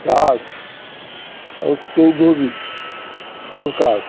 দাস এবং চৌধুরী সরকার